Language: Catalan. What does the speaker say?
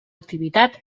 activitat